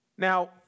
Now